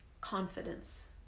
confidence